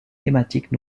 thématiques